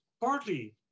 partly